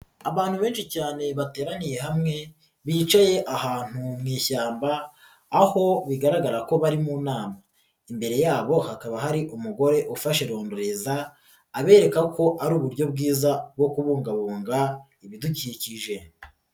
Abantu benshi cyane bateraniye hamwe, bicaye ahantu mu ishyamba, aho bigaragara ko bari mu nama. Imbere yabo hakaba hari umugore ufashe rondereza, abereka ko ari uburyo bwiza bwo kubungabunga ibidukikije.